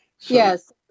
Yes